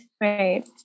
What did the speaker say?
Right